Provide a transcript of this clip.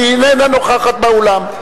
שאיננה נוכחת באולם.